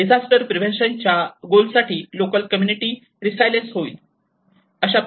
disaster prevention च्या goal साठी local community resilience होईल